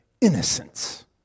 innocence